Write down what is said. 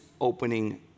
opening